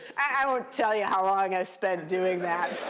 i won't tell you how long i spent doing that.